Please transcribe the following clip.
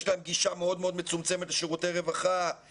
יש להם גישה מאוד מאוד מצומצמת לשירותי רווחה,